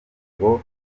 ngo